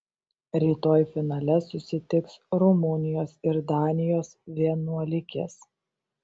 rytoj finale susitiks rumunijos ir danijos vienuolikės